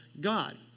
God